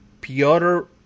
Piotr